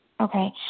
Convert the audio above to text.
Okay